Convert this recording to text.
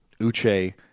Uche